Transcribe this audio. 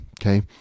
okay